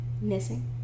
Missing